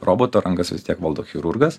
roboto rankas vis tiek valdo chirurgas